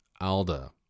Alda